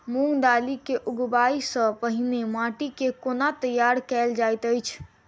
मूंग दालि केँ उगबाई सँ पहिने माटि केँ कोना तैयार कैल जाइत अछि?